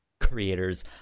creators